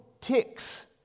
Ticks